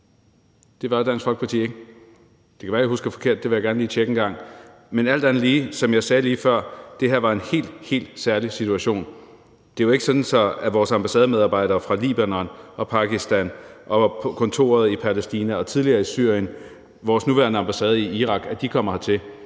Det var Dansk Folkeparti, ikke? Det kan være, jeg husker forkert, det vil jeg gerne lige tjekke en gang, men alt andet lige, som jeg sagde lige før, var det her en helt, helt særlig situation. Det er jo ikke sådan, at vores ambassademedarbejdere fra Libanon og Pakistan og fra kontoret i Palæstina og tidligere i Syrien og vores nuværende ambassade i Irak kommer hertil.